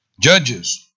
Judges